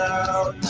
out